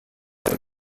main